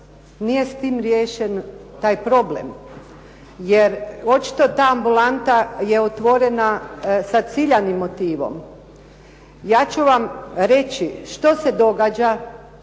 nije s tim riješen taj problem jer očito da ambulanta je otvorena sa ciljanim motivom. Ja ću vam reći što se događa